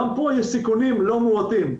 גם פה יש סיכונים לא מועטים.